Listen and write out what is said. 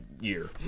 year